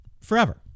forever